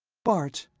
bart!